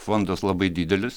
fondas labai didelis